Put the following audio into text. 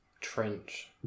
Trench